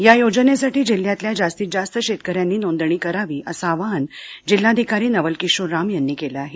या योजनेसाठी जिल्ह्यातल्या जास्तीत जास्त शेतकऱ्यांनी नोंदणी करावी असं आवाहन जिल्हाधिकारी नवल किशोर राम यांनी केलं आहे